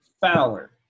Fowler